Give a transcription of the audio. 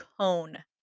cone